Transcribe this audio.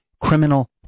criminal